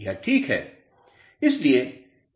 यह ठीक है